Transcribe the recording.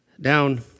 down